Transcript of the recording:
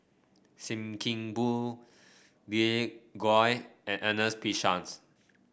Sim Kee Boon Glen Goei and Ernest P Shanks